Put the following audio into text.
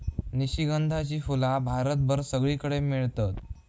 निशिगंधाची फुला भारतभर सगळीकडे मेळतत